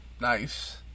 Nice